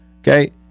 okay